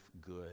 good